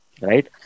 Right